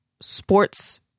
sports